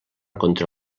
contra